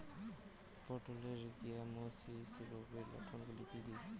পটলের গ্যামোসিস রোগের লক্ষণগুলি কী কী?